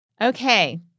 Okay